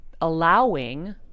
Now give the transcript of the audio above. allowing